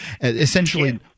Essentially